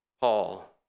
Paul